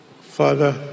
Father